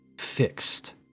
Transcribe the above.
fixed